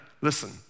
listen